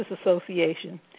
Association